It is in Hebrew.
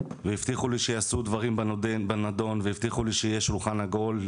והבטיחו לי שיעשו דברים בנדון והבטיחו לי שיהיה שולחן עגול.